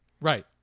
Right